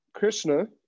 Krishna